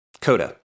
Coda